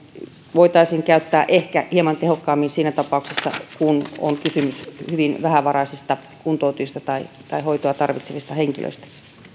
voitaisiin käyttää ehkä hieman tehokkaammin siinä tapauksessa kun on kysymys hyvin vähävaraisista kuntoutujista tai tai hoitoa tarvitsevista henkilöistä